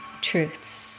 truths